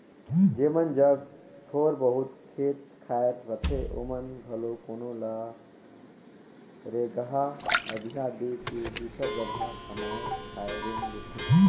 जेमन जग थोर बहुत खेत खाएर रहथे ओमन घलो कोनो ल रेगहा अधिया दे के दूसर जगहा कमाए खाए रेंग देथे